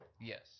Yes